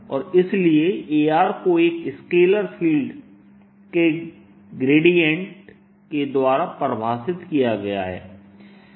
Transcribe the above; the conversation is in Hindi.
और इसलिए A को एक स्केलर फील्ड के ग्रेडिएंट के द्वारा परिभाषित किया गया है